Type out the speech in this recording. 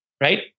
Right